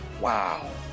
Wow